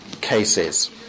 cases